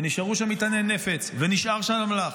נשארו שם מטעני נפץ ונשאר שם אמל"ח.